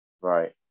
right